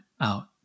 out